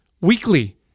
weekly